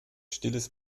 stilles